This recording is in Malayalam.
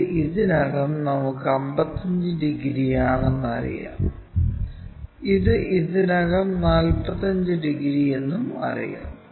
ഇത് ഇതിനകം നമുക്ക് 55 ഡിഗ്രി ആണെന്ന് അറിയാം ഇത് ഇതിനകം 45 ഡിഗ്രി എന്നും അറിയാം